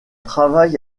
travail